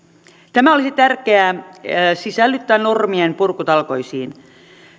tämä olisi tärkeää sisällyttää normienpurkutalkoisiin